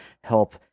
help